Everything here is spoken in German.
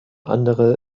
andere